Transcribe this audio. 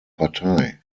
partei